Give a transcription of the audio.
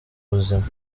buzima